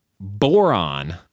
Boron